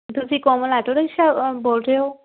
ਤੁਸੀਂ Komal auto rickshaw ਬੋਲ ਰਹੇ ਹੋ